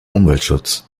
umweltschutz